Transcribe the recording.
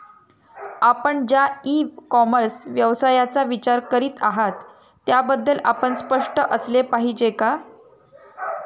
आपण ज्या e commerce व्यवसायाचा विचार करीत आहात त्याबद्दल आपण स्पष्ट असले पाहिजे का?